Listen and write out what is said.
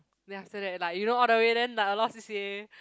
then after that like you know all the way then like a lot of C_C_A